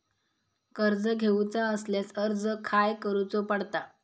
कर्ज घेऊचा असल्यास अर्ज खाय करूचो पडता?